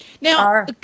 Now